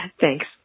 Thanks